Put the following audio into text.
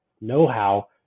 know-how